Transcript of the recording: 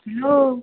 hello